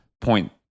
point